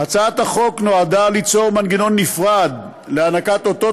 הצעת החוק נועדה ליצור מנגנון נפרד להענקת אותות